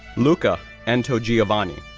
luca antogiovanni,